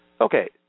Okay